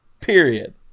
Period